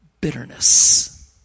Bitterness